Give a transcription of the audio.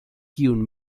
kiun